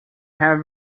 have